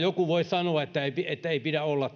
joku voi sanoa että ei että ei pidä olla